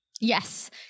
Yes